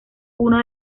uno